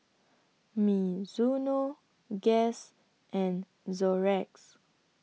Mizuno Guess and Xorex